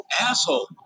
asshole